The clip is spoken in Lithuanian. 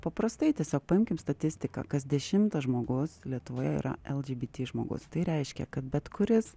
paprastai tiesiog paimkim statistiką kas dešimtas žmogus lietuvoje yra lgbt žmogus tai reiškia kad bet kuris